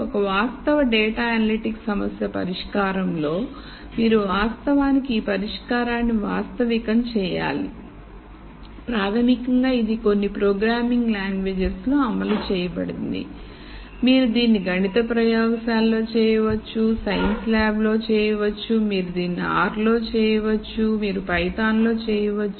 ఒక వాస్తవ data analytics సమస్య పరిష్కారం లో మీరు వాస్తవానికి ఈ పరిష్కారాన్ని వాస్తవికం చేయాలి ప్రాథమికంగా ఇది కొన్ని ప్రోగ్రామింగ్ లాంగ్వేజెస్ లో అమలు చేయబడింది మీరు దీన్ని గణిత ప్రయోగశాలలో చేయవచ్చు దీన్ని సైన్స్ ల్యాబ్లో చేయవచ్చు మీరు దీన్ని r లో చేయవచ్చు మీరు పైథాన్లో చేయవచ్చు